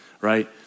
right